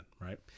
Right